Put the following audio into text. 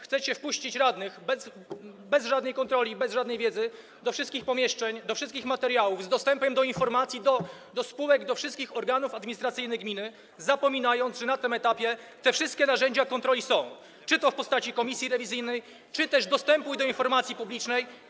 Chcecie dopuścić radnych bez żadnej kontroli, bez żadnej wiedzy do wszystkich pomieszczeń, do wszystkich materiałów, z dostępem do informacji, do spółek, do wszystkich organów administracyjnych gminy, zapominając, że na tym etapie te wszystkie narzędzia kontroli są - w postaci czy to komisji rewizyjnej, czy to dostępu do informacji publicznej.